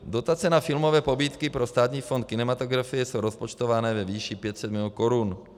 Dotace na filmové pobídky pro Státní fond kinematografie jsou rozpočtované ve výši 500 mil. Kč.